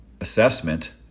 assessment